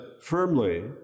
firmly